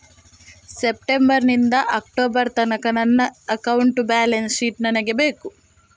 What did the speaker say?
September ನಿಂದ October ತನಕ ನನ್ನ ಅಕೌಂಟ್ ಬ್ಯಾಲೆನ್ಸ್ ಶೀಟ್ ನನಗೆ ಬೇಕು